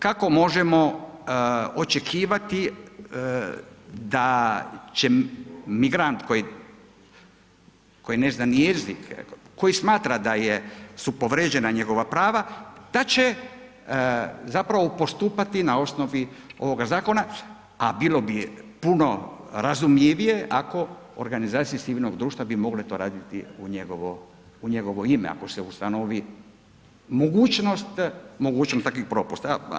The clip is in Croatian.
Kako možemo očekivati da će migrant koji ne zna ni jezik, koji smatra da je, su povrijeđena njegova prava, da će zapravo postupati na osnovi ovoga zakona, a bilo bi puno razumljivije ako organizacije civilnog društva bi mogle to raditi u njegovo, u njegovo ime ako se ustanovi mogućnost, mogućnost takvih propusta.